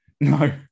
No